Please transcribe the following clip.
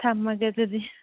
ꯊꯝꯃꯒꯦ ꯑꯗꯨꯗꯤ